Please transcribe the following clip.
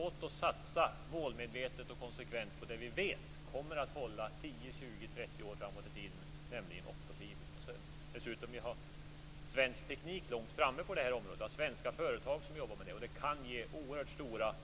Låt oss satsa målmedvetet och konsekvent på det vi vet kommer att hålla 10, 20, Dessutom ligger svensk teknik långt framme på det här området. Vi har svenska företag som jobbar med detta. Det kan ge oerhört stora